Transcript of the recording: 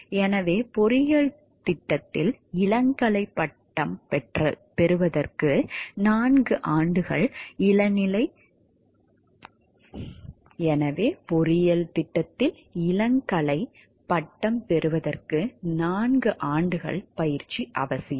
எனவே பொறியியல் திட்டத்தில் இளங்கலை பட்டம் பெறுவதற்கு நான்கு ஆண்டுகள் இளங்கலைப் பயிற்சி அவசியம்